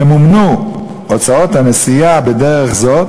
ימומנו הוצאות הנסיעה בדרך זאת